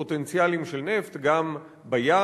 פוטנציאלים של נפט גם בים,